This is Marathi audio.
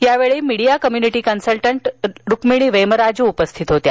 यावेळी media community consultant Rukmini Vemraju उपस्थित होत्या